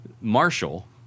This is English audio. Marshall